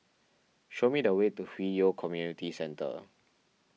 show me the way to Hwi Yoh Community Centre